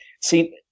see